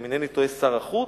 אם אינני טועה שר החוץ,